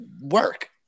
work